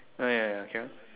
ah ya ya carry on